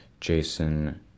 Jason